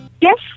Yes